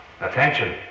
Attention